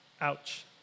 Ouch